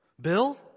Bill